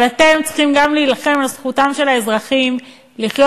אבל אתם צריכים גם להילחם על זכותם של האזרחים לחיות